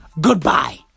goodbye